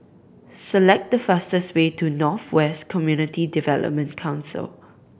select the fastest way to North West Community Development Council